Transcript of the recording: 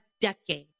decade